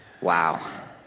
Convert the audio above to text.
Wow